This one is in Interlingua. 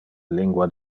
lingua